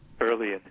early